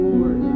Lord